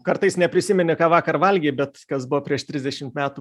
kartais neprisimeni ką vakar valgei bet kas buvo prieš trisdešimt metų